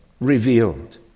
revealed